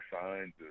signs